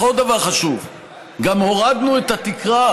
את התקרה.